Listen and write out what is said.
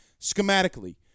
schematically